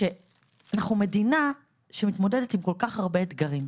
שאנחנו מדינה שמתמודדת עם כל כך הרבה אתגרים,